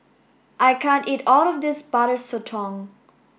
I can't eat all of this Butter Sotong